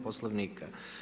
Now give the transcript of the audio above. Poslovnika.